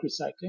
recycling